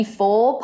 four